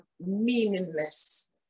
meaningless